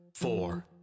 Four